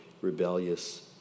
rebellious